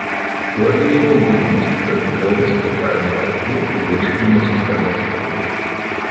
šiuo aliejumi gydomos tuberkuliozės kvėpavimo takų ir virškinimo sistemos ligos